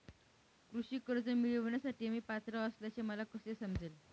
कृषी कर्ज मिळविण्यासाठी मी पात्र असल्याचे मला कसे समजेल?